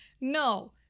No